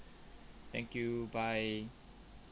thank you bye